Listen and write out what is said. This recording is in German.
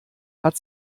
hat